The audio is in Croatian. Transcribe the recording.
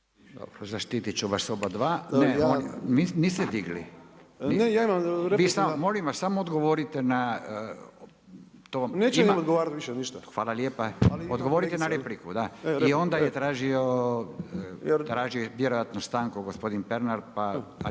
Zaštitit ću vas obadva. Niste digli, molim vas samo odgovoriti na to. … /Upadica se ne razumije./ … Hvala lijepa. Odgovorite na repliku. I onda je tražio vjerojatno stanku gospodin Pernar, ali